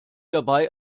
dabei